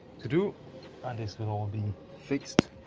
to do and this will all be fixed